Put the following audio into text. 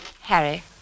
Harry